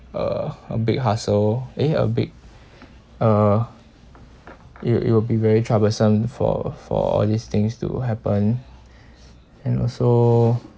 uh a big hassle eh a big uh it it will be very troublesome for for all these things to happen and also